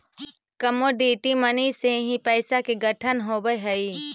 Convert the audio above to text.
commodity money से ही पैसा के गठन होवऽ हई